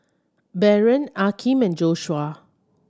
Baron Akeem and Joshua